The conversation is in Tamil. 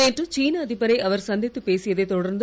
நேற்று சீன அதிபரை அவர் சந்தித்துப் பேசியதைத் தொடர்ந்து